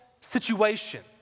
situation